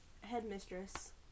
headmistress